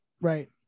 Right